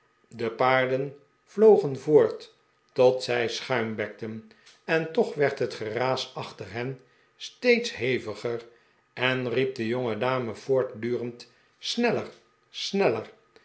de paarden vlogen voort tot zij schuimbekten en togh werd het geraas achter hen steeds heviger en riep de jongedame voortdurend sneller sneller